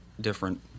different